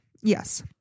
Yes